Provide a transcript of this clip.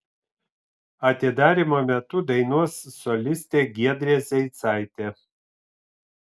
atidarymo metu dainuos solistė giedrė zeicaitė